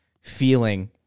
feeling